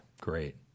Great